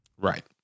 Right